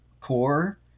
core